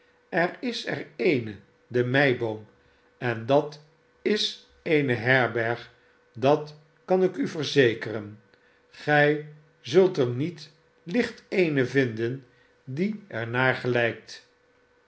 wijken eris er edne demeiboom en dat is eene herberg dat kan ik u verzekeren gij zult er niet iicht eene vinden die er